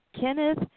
Kenneth